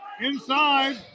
Inside